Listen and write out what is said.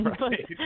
right